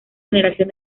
generación